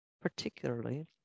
particularly